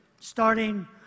starting